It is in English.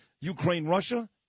Ukraine-Russia